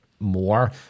More